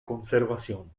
conservación